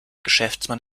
geschäftsmann